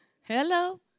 hello